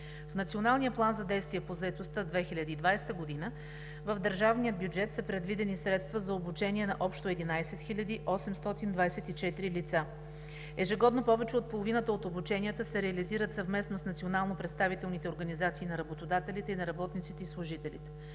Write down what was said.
В Националния план за действие по заетостта 2020 г. в държавния бюджет са предвидени средства за обучение на общо 11 хил. 824 лица. Ежегодно повече от половината от обученията се реализират съвместно с национално представителните организации на работодателите и на работниците и служителите.